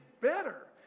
better